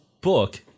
book